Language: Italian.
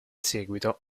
seguito